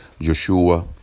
Joshua